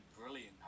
brilliant